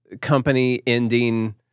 company-ending